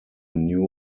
new